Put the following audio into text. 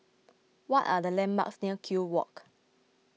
what are the landmarks near Kew Walk